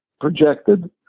projected